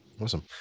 Awesome